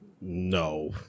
No